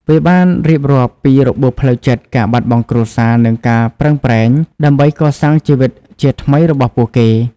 វាបានរៀបរាប់ពីរបួសផ្លូវចិត្ត ការបាត់បង់គ្រួសារ និងការប្រឹងប្រែងដើម្បីកសាងជីវិតជាថ្មីរបស់ពួកគេ។